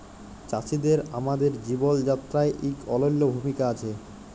চাষীদের আমাদের জীবল যাত্রায় ইক অলল্য ভূমিকা আছে